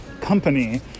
company